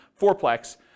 fourplex